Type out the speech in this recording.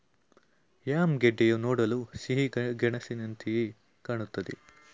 yam ಗೆಡ್ಡೆಯು ನೋಡಲು ಸಿಹಿಗೆಣಸಿನಂತೆಯೆ ಕಾಣುತ್ತದೆ